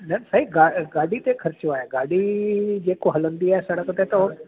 न साईं गा गाॾी ते ख़र्चो आहे गाॾी जेको हलंदी आहे सड़क ते त उहो